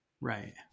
right